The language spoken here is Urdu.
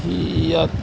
یا